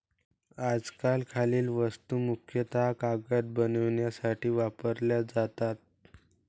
आजकाल खालील वस्तू मुख्यतः कागद बनवण्यासाठी वापरल्या जातात